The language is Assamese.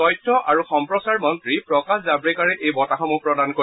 তথ্য আৰু সম্প্ৰচাৰ মন্ত্ৰী প্ৰকাশ জাৱড়েকাৰে এই বঁটাসমূহ প্ৰদান কৰিব